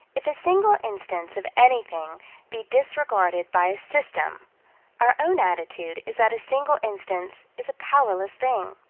if a single instance of anything be disregarded by a system our own attitude is that a single instance is a powerless thing.